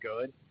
good